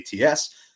ATS